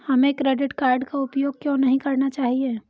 हमें credit card का उपयोग क्यों नहीं करना चाहिए?